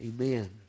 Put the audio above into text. Amen